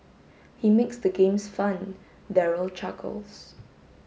he makes the games fun Daryl chuckles